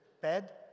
bed